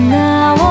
now